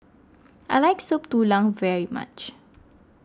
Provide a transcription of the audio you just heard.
I like Soup Tulang very much